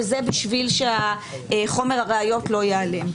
וזה בשביל שחומר הראיות לא ייעלם.